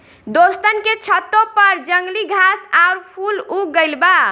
दोस्तन के छतों पर जंगली घास आउर फूल उग गइल बा